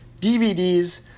DVDs